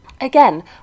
again